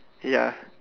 ya